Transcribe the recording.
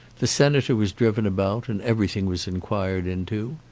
the senator was driven about, and everything was inquired into.